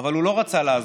אבל הוא לא רצה לעזוב.